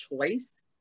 choice